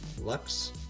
Lux